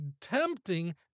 tempting